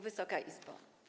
Wysoka Izbo!